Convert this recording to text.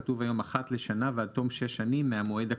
כתוב היום "אחת לשנה ועד תום שש שנים מהמועד הקובע"